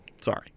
sorry